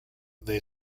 they